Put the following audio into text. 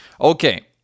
Okay